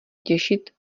těšit